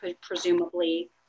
presumably